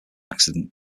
accident